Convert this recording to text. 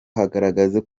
harageze